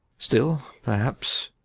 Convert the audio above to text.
still, perhaps,